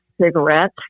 cigarette